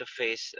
interface